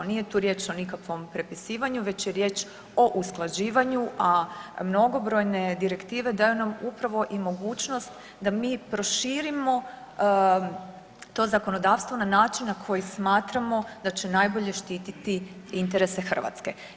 Nije tu riječ o nikakvom prepisivanju već je riječ o usklađivanju, a mnogobrojne direktive daju nam upravo i mogućnost da mi proširimo to zakonodavstvo na način na koji smatramo da će najbolje štititi interese Hrvatske.